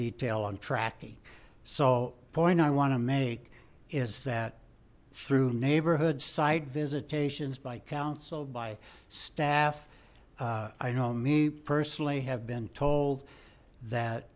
detail on tracking so point i want to make is that through neighborhood site visitations by council by staff i know me personally have been told that